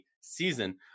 season